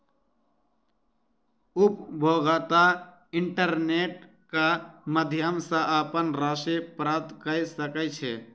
उपभोगता इंटरनेट क माध्यम सॅ अपन राशि प्राप्त कय सकै छै